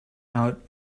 out